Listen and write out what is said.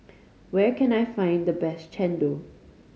where can I find the best chendol